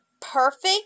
perfect